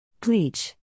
Bleach